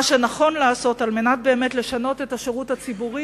מה שנכון לעשות כדי באמת לשנות את השירות הציבורי,